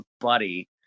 buddy